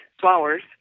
flowers